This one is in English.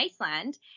Iceland